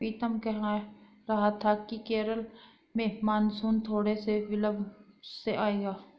पीतम कह रहा था कि केरल में मॉनसून थोड़े से विलंब से आएगा